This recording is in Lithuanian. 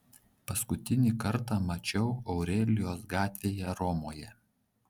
paskutinį kartą mačiau aurelijos gatvėje romoje